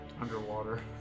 underwater